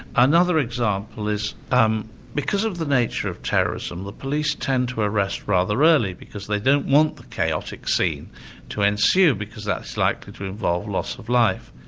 another example is um because of the nature of terrorism, the police tend to arrest rather early because they don't want the chaotic scene to ensue, because that's likely to involve loss of life.